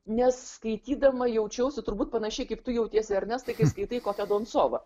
nes skaitydama jaučiausi turbūt panašiai kaip tu jautiesi ernestai kai skaitai kokią doncovą